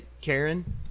Karen